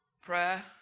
prayer